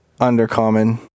Undercommon